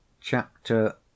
Chapter